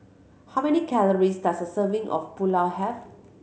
how many calories does a serving of Pulao have